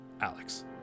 Alex